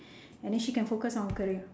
and then she can focus on her career